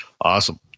Awesome